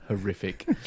horrific